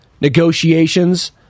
negotiations